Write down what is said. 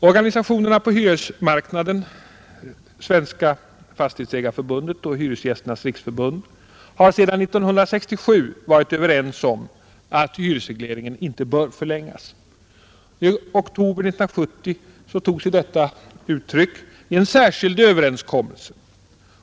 Organisationerna på hyresmarknaden — Sveriges fastighetsägareförbund och Hyresgästernas riksförbund — har sedan 1967 varit överens om att hyresregleringen inte bör förlängas. I oktober 1970 tog sig detta uttryck i en särskild överenskommelse.